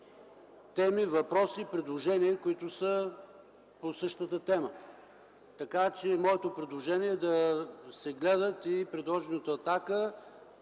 теми, въпроси, предложения, които са по същата тема. Моето предложение е да се гледат и направените от